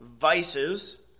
vices